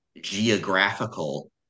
geographical